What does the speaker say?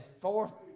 four